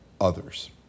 others